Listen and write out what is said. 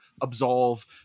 absolve